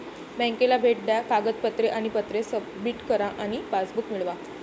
बँकेला भेट द्या कागदपत्रे आणि पत्रे सबमिट करा आणि पासबुक मिळवा